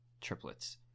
triplets